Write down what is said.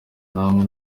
namwe